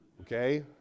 Okay